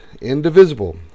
indivisible